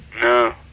No